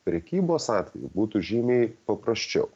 prekybos atveju būtų žymiai paprasčiau